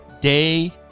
day